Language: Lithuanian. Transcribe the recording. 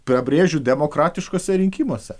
pabrėžiu demokratiškuose rinkimuose